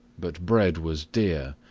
but bread was dear,